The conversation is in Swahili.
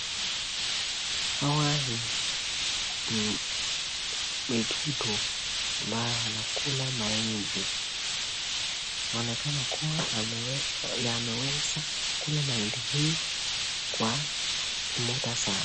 Hawa ni watoto wanao kula mahindi wanaonekana wamekulaa mahindi hii kwa muda sana